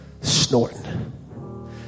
snorting